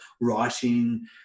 writing